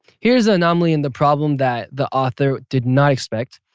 here's the anomaly and the problem that the author did not expect.